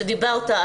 שדיברת,